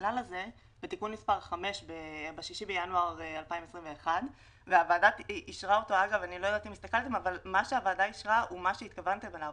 הכלל הזה בתיקון מס' 5 ב-6 בינואר 2021. מה שהוועדה אישרה הוא מה שהתכוונתם אליו